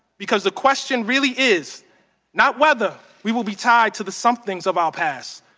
because the question really is not whether we will be tied to the somethings of our past,